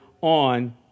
on